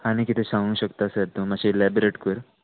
आनी कितें सांगू शकता सर तूं मात्शें इलॅबोरेट कोर